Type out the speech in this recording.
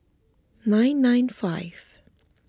nine nine five